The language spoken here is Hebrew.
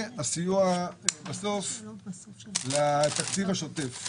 ואת הסיוע לתקציב השוטף.